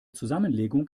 zusammenlegung